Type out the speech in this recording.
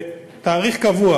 בתאריך קבוע.